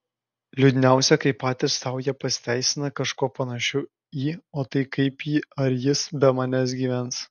liūdniausia kai patys sau jie pasiteisina kažkuo panašiu į o tai kaip ji ar jis be manęs gyvens